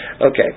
Okay